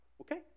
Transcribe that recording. okay